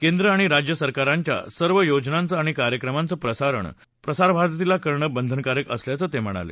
केंद्र आणि राज्य सरकारच्या सर्व योजनांचं आणि कार्यक्रमाचं प्रसारण करणं प्रसारभारतीला बंधनकारक असल्याचं ते म्हणाले